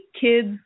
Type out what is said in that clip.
kids